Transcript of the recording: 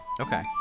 Okay